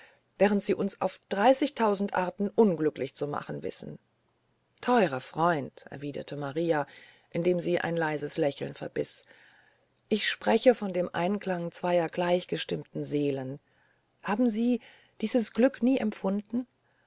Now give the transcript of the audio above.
während sie uns auf dreißigtausend arten unglücklich zu machen wissen teurer freund erwiderte maria indem sie ein leises lächeln verbiß ich spreche von dem einklange zweier gleichgestimmten seelen haben sie dieses glück nie empfunden